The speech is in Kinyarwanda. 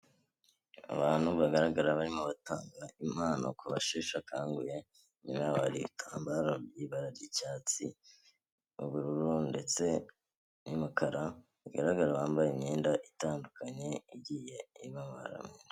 Abantu bagaragara barimo batanga impano ku basheshe akanguhe muri bo hari abambaye ibitambaro biri mu ibara ry'icyatsi, ubururu ndetse n'imikara, bagaragara bambaye imyenda itandukanye igiye ibabamo.